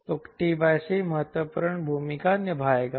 तो t c महत्वपूर्ण भूमिका निभाएगा